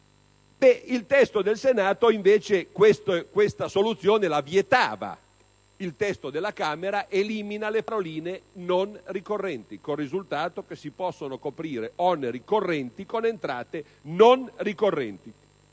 Il testo del Senato invece questa soluzione la vietava. Il testo della Camera elimina le paroline "non ricorrenti", con il risultato che si possono coprire oneri correnti con entrate non ricorrenti.